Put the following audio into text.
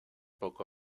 poco